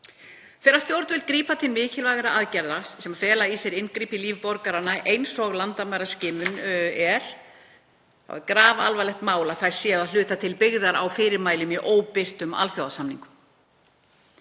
Þegar stjórnvöld grípa til mikilvægra aðgerða sem fela í sér inngrip í líf borgaranna, eins og landamæraskimun, er það grafalvarlegt mál að þær séu að hluta til byggðar á fyrirmælum í óbirtum alþjóðasamningum.